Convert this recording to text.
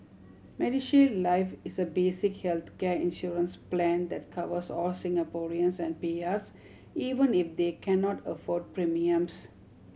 MediShield Life is a basic healthcare insurance plan that covers all Singaporeans and P Rs even if they cannot afford premiums